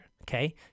okay